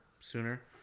sooner